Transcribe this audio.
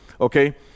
okay